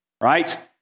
right